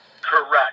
correct